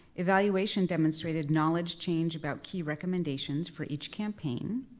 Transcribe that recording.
evaluation demonstrated knowledge change about key recommendations for each campaign,